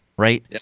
right